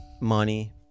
Money